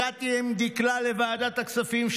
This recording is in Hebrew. הגעתי עם דיקלה לוועדת הכספים,